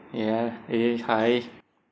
ya again hi